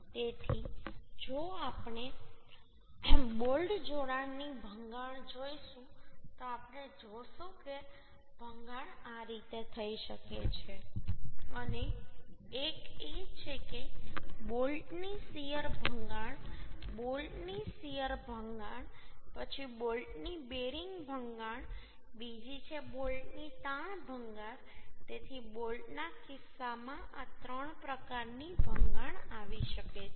તેથી જો આપણે બોલ્ટ જોડાણની ભંગાણ જોઈશું તો આપણે જોશું કે ભંગાણ આ રીતે થઈ શકે છે એક એ છે કે બોલ્ટની શીયર ભંગાણ બોલ્ટની શીયર ભંગાણ પછી બોલ્ટની બેરિંગ ભંગાણ બીજી છે બોલ્ટની તાણ ભંગાણ તેથી બોલ્ટના કિસ્સામાં આ ત્રણ પ્રકારની ભંગાણ આવી શકે છે